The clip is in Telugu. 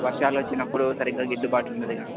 వర్షాలు వచ్చినప్పుడు సరిగ్గా గిట్టుబాటు ఉండదు కదా